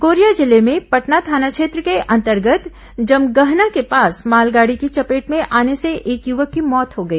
Korea जिले में पटना थाना क्षेत्र के अंतर्गत जमगहना के पास मालगाड़ी की चपेट में आने से एक युवक की मौत हो गई